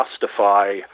justify